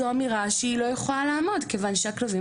זו אמירה שהיא לא יכולה לעמוד כיוון שהכלבים